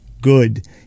good